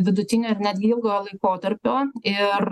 vidutinio ir netgi ilgojo laikotarpio ir